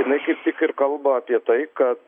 jinai kaip tik ir kalba apie tai kad